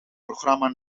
programma